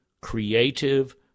creative